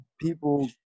people –